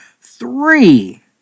three